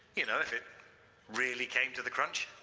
you know if it really came to the crunch,